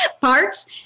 parts